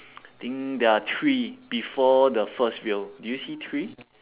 think there are three before the first wheel do you see three